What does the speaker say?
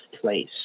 place